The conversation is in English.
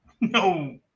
No